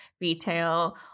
retail